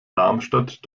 darmstadt